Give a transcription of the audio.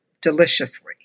deliciously